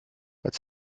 als